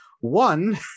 One